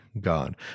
God